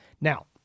Now